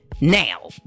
Now